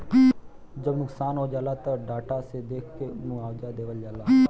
जब नुकसान हो जाला त डाटा से देख के मुआवजा देवल जाला